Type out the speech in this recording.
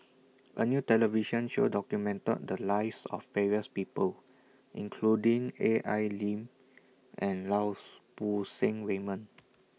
A New television Show documented The Lives of various People including A I Lim and Laus Poo Seng Raymond